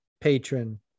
patron